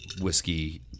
whiskey